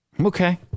Okay